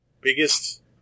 biggest